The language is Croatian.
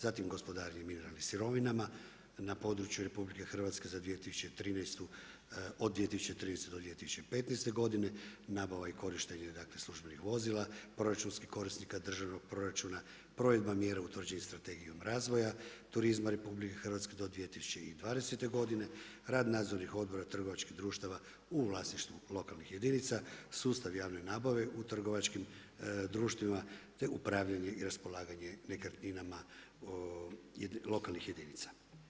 Zatim gospodarenje mineralnim sirovinama, na području RH od 2013. do 2015. godine, nabava i korištenje dakle službenih vozila, proračunskih korisnika državnog proračuna, provedba mjera utvrđenih strategijom razvoja, turizma RH do 2020. godine, rad nadzornih odbora trgovačkih društava u vlasništvu lokalnih jedinica, sustav javne nabave u trgovačkim društvima te upravljanje i raspolaganje nekretninama lokalnih jedinica.